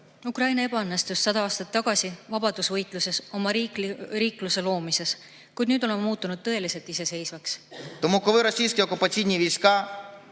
Ukrainal ei õnnestunud sada aastat tagasi vabadusvõitluses oma riiklust luua, kuid nüüd oleme muutunud tõeliselt iseseisvaks.